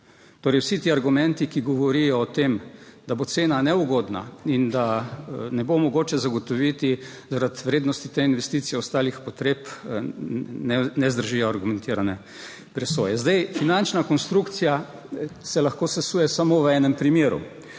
Torej, vsi ti argumenti, ki govorijo o tem, da bo cena neugodna in da ne bo mogoče zagotoviti, zaradi vrednosti te investicije ostalih potreb ne zdržijo argumentirane presoje. Zdaj, finančna konstrukcija se lahko sesuje samo v enem primeru.